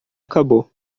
acabou